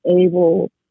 able